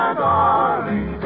darling